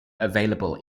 available